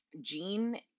Gene